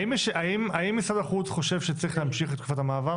האם משרד החוץ חושב שצריך להמשיך את תקופת המעבר